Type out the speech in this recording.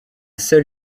seul